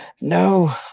No